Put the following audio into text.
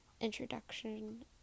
introduction